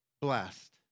blessed